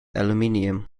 aluminium